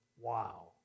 Wow